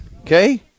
Okay